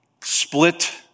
split